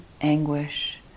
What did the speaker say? anguish